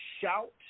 shout